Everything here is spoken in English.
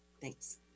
Thanks